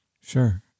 Sure